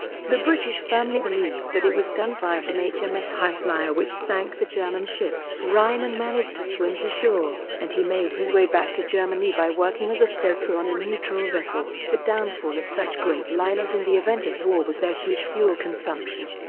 the british firmly believed that it was gunfire from hms um highflyer which sank the german ship. reymann managed to swim to shore, and he made his way back to germany by working as a stoker on a neutral vessel. the downfall of such great liners in the event of war was their huge fuel consumption.